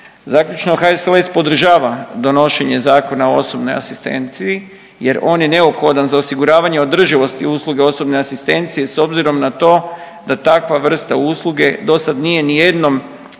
Zaključno, HSLS podržava donošenje Zakona o osobnoj asistenciji jer on je neophodan za osiguravanje i održivosti usluge osobne asistencije s obzirom na to da takva vrsta usluge dosad nije nijednom